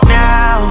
now